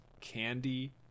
candy